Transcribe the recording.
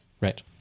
Right